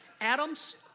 Adam's